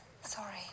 Sorry